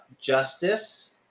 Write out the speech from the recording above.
justice